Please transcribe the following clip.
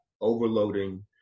overloading